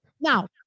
Now